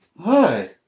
Hi